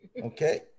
Okay